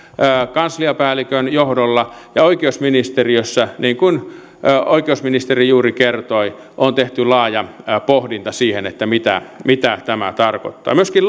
kansliapäällikön johdolla ja oikeusministeriössä niin kuin oikeusministeri juuri kertoi on tehty laaja pohdinta siitä mitä tämä tarkoittaa myöskin